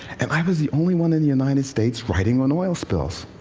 and i was the only one in the united states writing on oil spills.